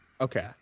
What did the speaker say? Okay